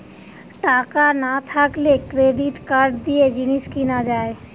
টাকা না থাকলে ক্রেডিট কার্ড দিয়ে জিনিস কিনা যায়